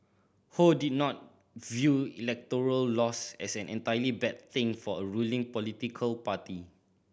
ho did not view electoral loss as an entirely bad thing for a ruling political party